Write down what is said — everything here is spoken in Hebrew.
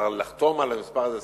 אפשר לחתום על המספר הזה,